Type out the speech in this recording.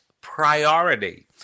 priority